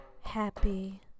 Happy